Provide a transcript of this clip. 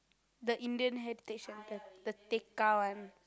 the Indian Heritage Centre the Tekka one